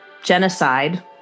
genocide